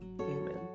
Amen